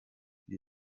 die